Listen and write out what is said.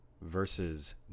Versus